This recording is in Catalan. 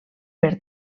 per